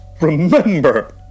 remember